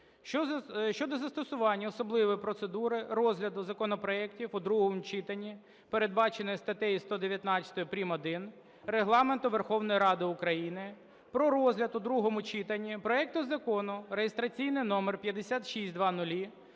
щодо застосування особливої процедури розгляду законопроектів у другому читанні, передбаченої статтею 119 прим. 1 Регламенту Верховної Ради України: про розгляд у другому читанні проекту Закону (реєстраційний номер 5600)